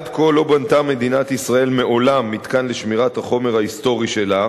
עד כה לא בנתה מדינת ישראל מעולם מתקן לשמירת החומר ההיסטורי שלה,